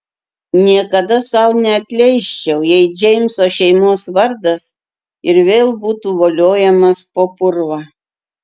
niekada sau neatleisčiau jei džeimso šeimos vardas ir vėl būtų voliojamas po purvą